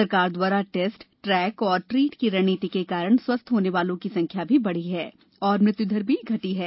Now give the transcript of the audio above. सरकार द्वारा test track और ट्रीट की रणनीति के कारण स्वस्थ होने वालों की संख्या भी बढ़ी है और मृत्यु दर भी घटी है